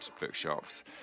bookshops